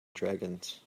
dragons